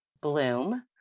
bloom